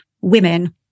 women